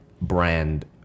brand